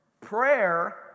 Prayer